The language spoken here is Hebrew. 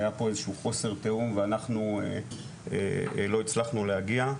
היה פה איזשהו חוסר תיאום ואנחנו לא הצלחנו להגיע,